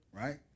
Right